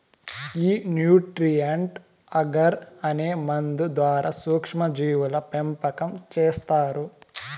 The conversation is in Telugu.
ఈ న్యూట్రీయంట్ అగర్ అనే మందు ద్వారా సూక్ష్మ జీవుల పెంపకం చేస్తారు